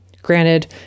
Granted